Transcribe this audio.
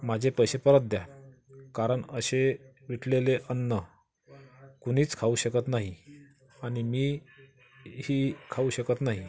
माझे पैसे परत द्या कारण असे विटलेले अन्न कुणीच खाऊ शकत नाही आणि मी ही खाऊ शकत नाही